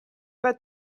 pas